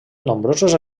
nombrosos